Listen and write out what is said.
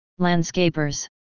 landscapers